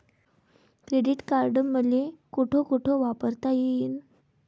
Credit card मले कोठ कोठ वापरता येईन?